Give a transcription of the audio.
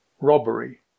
Robbery